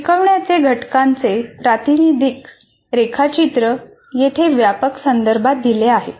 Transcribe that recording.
शिकवण्याचे घटकांचे प्रातिनिधिक रेखाचित्र येथे व्यापक संदर्भात दिले आहे